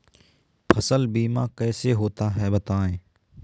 फसल बीमा कैसे होता है बताएँ?